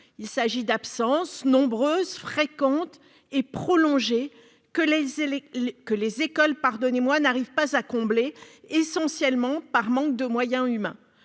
Il s'agit d'absences nombreuses, fréquentes et prolongées que les écoles n'arrivent pas à combler, essentiellement par manque de moyens humains.